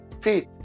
Faith